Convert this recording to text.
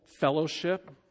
Fellowship